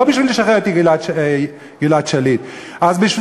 לא בשביל לשחרר את גלעד שליט אלא בשביל